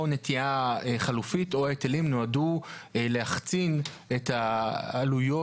נטיעה חלופית או ההיטלים נועדו להחצין את העלויות